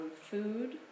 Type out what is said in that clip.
Food